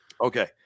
Okay